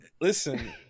listen